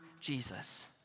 Jesus